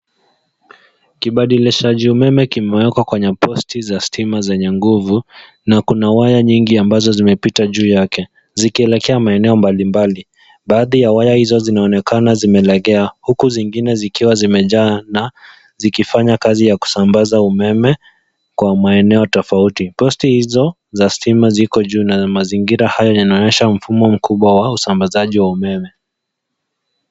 Kibadilishaji umeme kimewekwa kwenye posti za stima zenye nguvu na kuna waya nyingi ambazo zimepita juu yake zikielekea maeneo mbalimbali. Baadhi ya waya hizo zinaonekana zimelegea huku zingine zikiwa zimejaa na zikifanya kazi ya kusambaza umeme kwa maenoe tofauti. Posti hizo ziko juu na mazingira hayo yanaonyesha mfumo mkubwa wa usambazaji wa umeme.